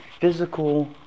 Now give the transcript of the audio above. physical